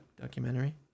documentary